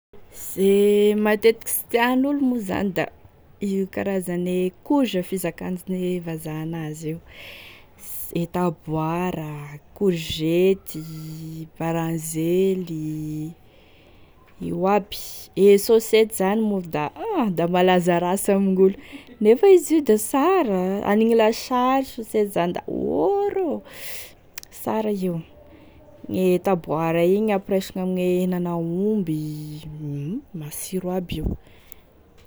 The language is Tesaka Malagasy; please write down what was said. Ze matetiky sy tian'olo moa zany da io karazane courge fizakane vazaha an'azy io, e taboara, courgette, baranzely, io aby, e sôsety zany moa ka da ha da malaza rasy amin'olo nefa izy io da sara aniny lasary sôsety zany da ô rô da sara io e, gne taboara io ampiresigny ame henan'aomby, huhu masiro aby io.